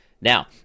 Now